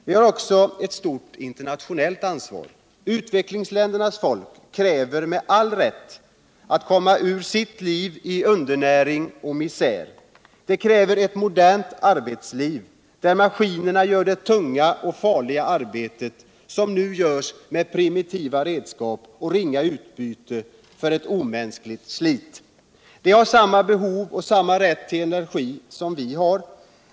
Vi har också ett stort internationcellt ansvar. Utvecklingsländernas folk kräver med all rätt att Komma ur sitt liv i undernäring och misär. De kräver ett modernt arbetsliv, där maskinerna gör det tunga och farliga arbete som nu görs med primitiva redskap och ringa utbyte för ett omänskligt slit. De har samma behov av och samma rätt till energi som vi har.